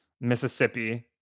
Mississippi